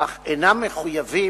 אך אינם מחויבים